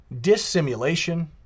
dissimulation